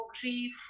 grief